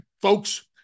folks